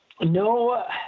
no